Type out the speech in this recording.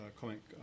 comic